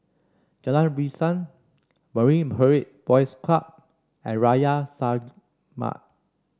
Jalan Riang Marine Parade Boys Club and Arya Samaj